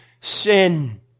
sin